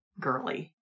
girly